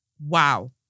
Wow